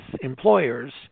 employers